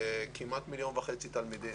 יש לנו כמעט מיליון וחצי תלמידים.